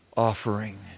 offering